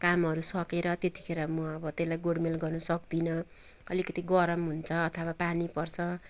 कामहरू सकेर त्यति खेर म अब त्यसलाई गोडमेल गर्नु सक्दिनँ अलिकति गरम हुन्छ अथवा पानी पर्छ